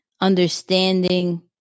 understanding